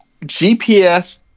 GPS